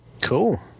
Cool